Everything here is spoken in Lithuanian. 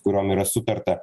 kuriom yra sutarta